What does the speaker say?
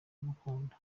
kumukunda